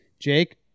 Jake